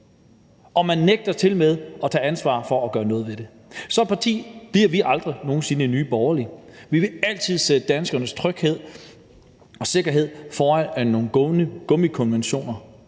og man nægter tilmed at tage ansvar for at gøre noget ved det. Sådan et parti bliver vi aldrig nogen sinde i Nye Borgerlige. Vi vil altid sætte danskernes tryghed og sikkerhed over nogle gummikonventioner.